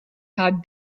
how